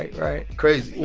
right, right crazy,